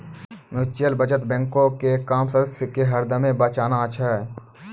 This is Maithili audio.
म्युचुअल बचत बैंको के काम सदस्य के हरदमे बचाना छै